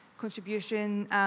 contribution